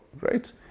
Right